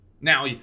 Now